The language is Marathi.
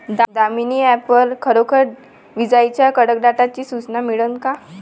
दामीनी ॲप वर खरोखर विजाइच्या कडकडाटाची सूचना मिळन का?